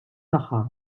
tagħha